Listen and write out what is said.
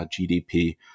GDP